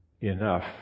Enough